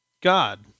God